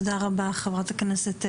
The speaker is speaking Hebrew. תודה רבה, חברת הכנסת מואטי.